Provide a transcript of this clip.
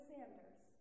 Sanders